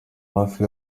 hafi